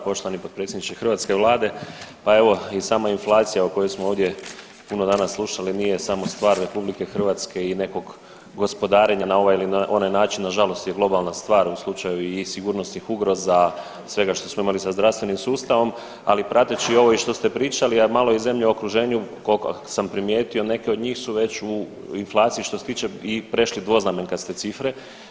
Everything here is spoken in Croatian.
Poštovani potpredsjedniče Hrvatske vlade pa evo i sama inflacija o kojoj smo ovdje puno danas slušali nije samo stvar RH i nekog gospodarenja na ovaj ili onaj način, nažalost je globalna stvar u slučaju i sigurnosnih ugroza, svega što smo imali sa zdravstvenim sustavom, ali prateći ovo i što ste pričali, a i malo zemlje u okruženju koliko sam primijetio neke od njih su već u inflaciji što se tiče i prešli dvoznamenkaste cifre.